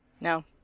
No